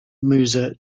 musa